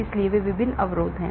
इसलिए ये विभिन्न अवरोध हैं